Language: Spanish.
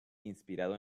inspirado